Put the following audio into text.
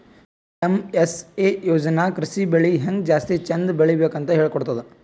NMSA ಯೋಜನಾ ಕೃಷಿ ಬೆಳಿ ಹೆಂಗ್ ಜಾಸ್ತಿ ಚಂದ್ ಬೆಳಿಬೇಕ್ ಅಂತ್ ಹೇಳ್ಕೊಡ್ತದ್